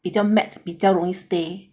比较 matte 比较容易 stay